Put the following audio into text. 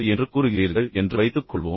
என்று கூறுகிறீர்கள் என்று வைத்துக்கொள்வோம்